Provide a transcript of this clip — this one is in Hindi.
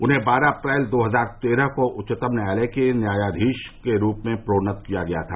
उन्हें बारह अप्रैल दो हजार तेरह को उच्चतम न्यायालय के न्यायाधीश के रूप में प्रोन्नत किया गया था